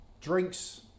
drinks